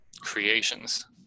creations